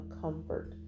comfort